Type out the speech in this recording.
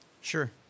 Sure